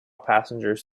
passengers